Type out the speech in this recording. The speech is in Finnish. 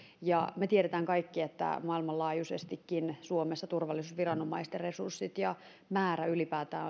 ja me tiedämme kaikki että maailmanlaajuisestikin suomessa turvallisuusviranomaisten resurssit ja määrä ylipäätään